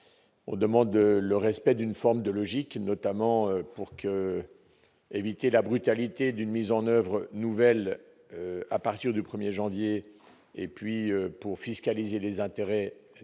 demandons le respect d'une forme de logique, notamment pour éviter la brutalité d'une mise en oeuvre de la nouvelle mesure à partir du 1 janvier et puis pour fiscaliser les intérêts. Tel est